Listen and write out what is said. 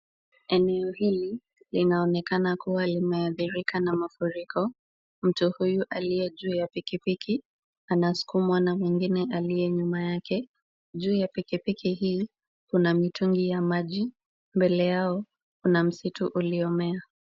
Eneo hili linaonekana kuwa limeadhirika na mafuriko. Mtu huyu aliye juu ya pikipiki anasukumwa na mwingine aliye nyuma yake. Juu ya pikipiki hii kuna mitungi ya maji. Mbele yao kuna msitu uliomea.